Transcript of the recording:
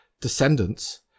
descendants